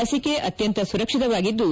ಲಸಿಕೆ ಅತ್ಯಂತ ಸುರಕ್ಷಿತವಾಗಿದ್ದು